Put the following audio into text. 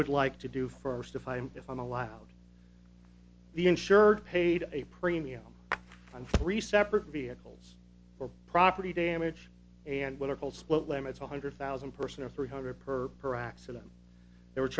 would like to do first if i'm if i'm allowed the insured paid a premium on three separate vehicles for property damage and what are called split limits one hundred thousand person or three hundred per paroxetine they were